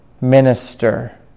minister